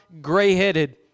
gray-headed